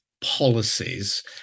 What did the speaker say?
policies